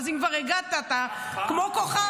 אז אם כבר הגעת, אתה כמו כוכב.